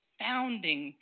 founding